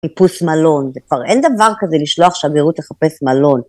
חיפוש מלון, זה כבר אין דבר כזה לשלוח שגרירות לחפש מלון.